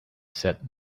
said